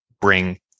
bring